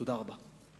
תודה רבה.